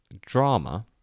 drama